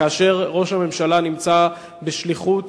כאשר ראש הממשלה נמצא בשליחות